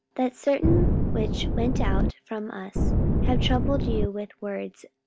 that certain which went out from us have troubled you with words,